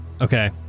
Okay